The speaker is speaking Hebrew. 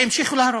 והמשיכו להרוס.